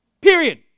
Period